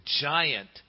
giant